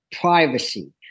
privacy